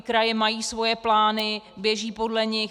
Kraje mají svoje plány, běží podle nich.